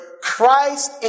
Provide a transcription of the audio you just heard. Christ